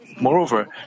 Moreover